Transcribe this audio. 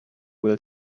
will